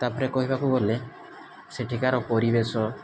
ତାପରେ କହିବାକୁ ଗଲେ ସେଠିକାର ପରିବେଶ